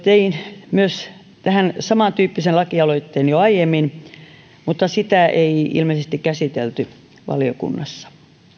tein myös tähän samantyyppisen lakialoitteen viisikymmentäviisi kautta kaksituhattakahdeksantoista jo aiemmin mutta sitä ei ilmeisesti käsitelty valiokunnassa